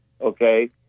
okay